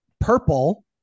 Purple